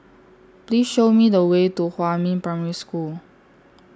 Please Show Me The Way to Huamin Primary School